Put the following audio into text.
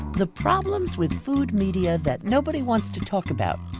the problems with food media that nobody wants to talk about.